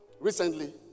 recently